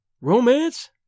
Romance